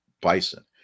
bison